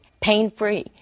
pain-free